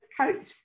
coach